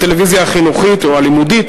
הטלוויזיה החינוכית או הלימודית,